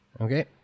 Okay